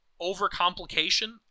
overcomplication